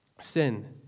sin